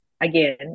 again